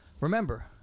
Remember